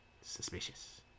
suspicious